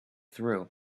through